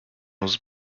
was